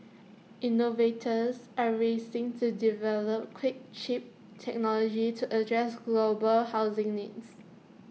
innovators are racing to develop quick cheap technology to address global housing needs